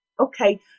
Okay